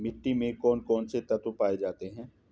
मिट्टी में कौन कौन से तत्व पाए जाते हैं?